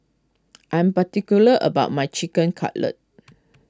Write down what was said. I'm particular about my Chicken Cutlet